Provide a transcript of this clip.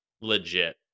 legit